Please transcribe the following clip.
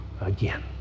again